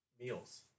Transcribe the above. meals